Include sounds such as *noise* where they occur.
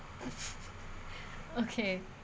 *laughs* okay